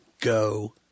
go